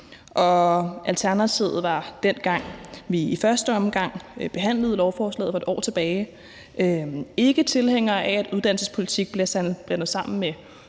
Alternativet var, da vi i første omgang behandlede lovforslaget for et år siden, ikke tilhængere af, at uddannelsespolitik blev blandet sammen med